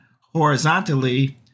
horizontally